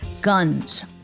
guns